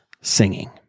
singing